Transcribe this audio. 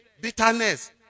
bitterness